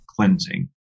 cleansing